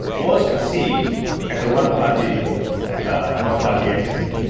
was perceived as a one party one party entity,